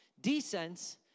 descents